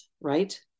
right